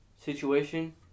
situation